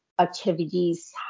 activities